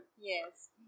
Yes